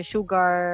Sugar